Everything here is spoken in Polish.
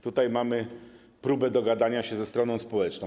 Tutaj mamy próbę dogadania się ze stroną społeczną.